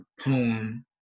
poem